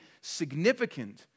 significant